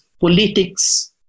politics